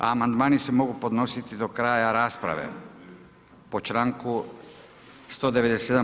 Amandmani se mogu podnositi do kraja rasprave po članku 197.